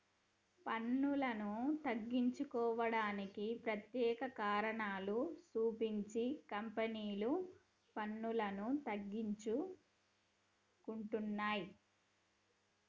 పన్నులను తగ్గించుకోవడానికి ప్రత్యేక కారణాలు సూపించి కంపెనీలు పన్నులను తగ్గించుకుంటున్నయ్